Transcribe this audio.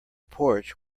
porch